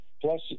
Plus